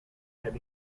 have